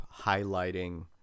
highlighting